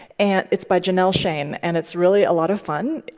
and it's by janelle schein, and it's really a lot of fun.